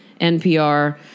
npr